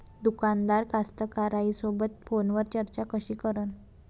दुकानदार कास्तकाराइसोबत फोनवर चर्चा कशी करन?